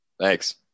Thanks